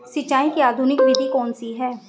सिंचाई की आधुनिक विधि कौन सी है?